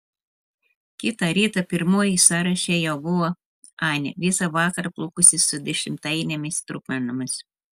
kitą rytą pirmoji sąraše jau buvo anė visą vakarą plūkusis su dešimtainėmis trupmenomis